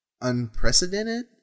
unprecedented